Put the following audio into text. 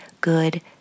good